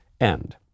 end